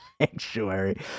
Sanctuary